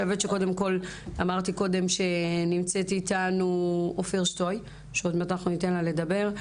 אמרתי קודם שנמצאת איתנו אופיר שטוי שעוד מעט אנחנו ניתן לה לדבר.